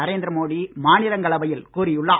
நரேந்திர மோடி மாநிலங்களவையில் கூறியுள்ளார்